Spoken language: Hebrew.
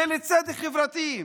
זה כסף לצדק חברתי.